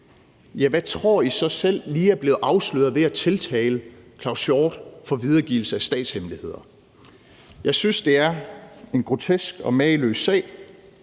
hvad tror I så selv lige er blevet afsløret ved at tiltale Claus Hjort Frederiksen for videregivelse af statshemmeligheder? Jeg synes, det er en grotesk og mageløs sag.